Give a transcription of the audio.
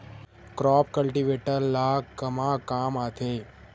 Crop cultivator ला कमा काम आथे?